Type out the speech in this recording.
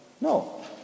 No